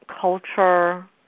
culture